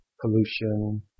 pollution